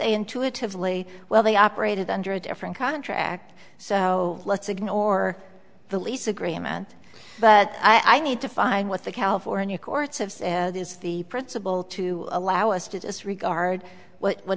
intuitively well they operated under a different contract so let's ignore the lease agreement but i need to find what the california courts have said is the principle to allow us to disregard what